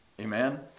Amen